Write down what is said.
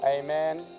Amen